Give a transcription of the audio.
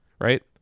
right